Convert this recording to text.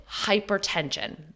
hypertension